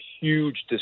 huge